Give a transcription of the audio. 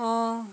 অ'